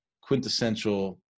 quintessential